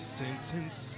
sentence